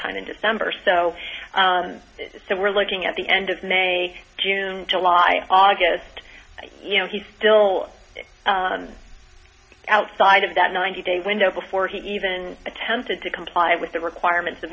time in december so we're looking at the end of may june july august you know he still outside of that ninety day window before he even attempted to comply with the requirements